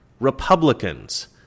Republicans